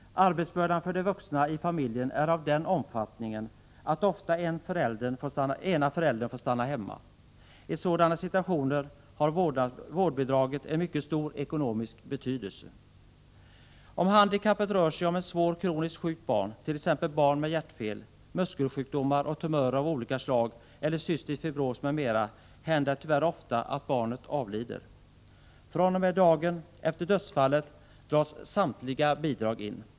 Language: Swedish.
Arbetsbördan för de vuxna i familjen är av den omfattningen att ofta ena föräldern får stanna hemma. I sådana situationer har vårdnadsbidraget en mycket stor ekonomisk betydelse. hjärtfel, muskelsjukdomar och tumörer av olika slag, cystisk fibros m.m., händer det tyvärr ofta att barnet avlider. fr.o.m. dagen efter dödsfallet dras samtliga bidrag in.